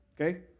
Okay